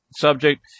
subject